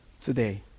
today